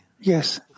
Yes